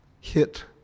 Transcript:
hit